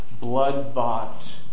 blood-bought